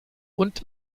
und